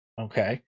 okay